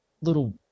little